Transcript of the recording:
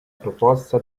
proposta